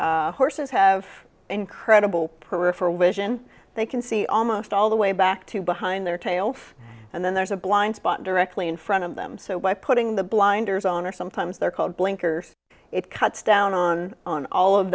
horses horses have incredible peripheral vision they can see almost all the way back to behind their tails and then there's a blind spot directly in front of them so by putting the blinders on or sometimes they're called blinkers it cuts down on on all of